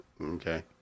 Okay